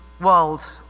world